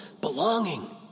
belonging